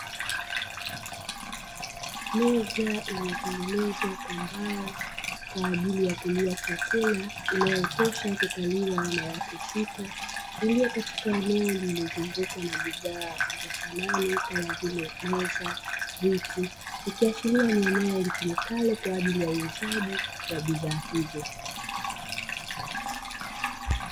Meza iliyotengenezwa kwa mbao kwa ajili ya kulia chakula inayotosha kukaliwa na watu sita, iliyo katika eneo lililozungukwa na bidhaa za samani kama vile meza, viti ikiashiria ni eneo litumikalo kwa ajili ya uuzaji wa bidhaa hizo.